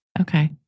Okay